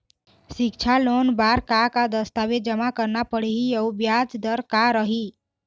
सिक्छा लोन बार का का दस्तावेज जमा करना पढ़ही अउ ब्याज दर का रही?